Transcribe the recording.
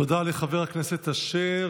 תודה לחבר הכנסת אשר.